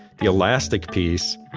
the elastic piece,